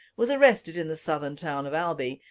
was arrested in the southern town of albi,